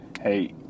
hey